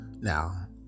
Now